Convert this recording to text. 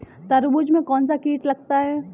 तरबूज में कौनसा कीट लगता है?